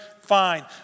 fine